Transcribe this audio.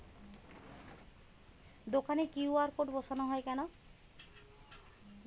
দোকানে QR code বসানো হয় কেন?